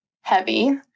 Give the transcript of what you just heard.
heavy